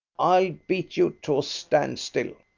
i'll beat you to a stand-still.